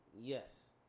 yes